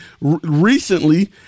recently